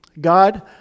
God